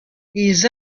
ils